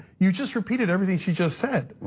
you just repeated everything she just said,